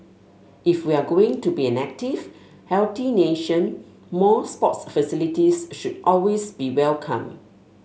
if we're going to be an active healthy nation more sports facilities should always be welcome